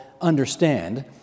understand